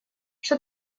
что